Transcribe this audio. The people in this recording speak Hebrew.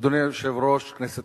אדוני היושב-ראש, כנסת